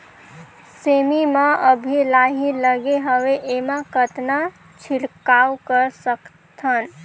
सेमी म अभी लाही लगे हवे एमा कतना छिड़काव कर सकथन?